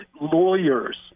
lawyers